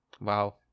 wow